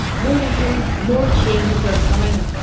warning him more changes are coming.